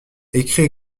écrits